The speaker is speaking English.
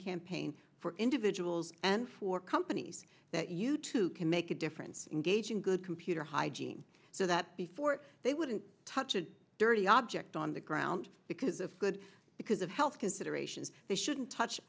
campaign for individuals and for companies that you too can make a difference engage in good computer hygiene so that before they wouldn't touch a dirty object on the ground because of good because of health considerations they shouldn't touch